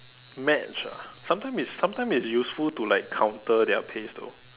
match ah sometimes it's sometimes it's useful to like counter their pace though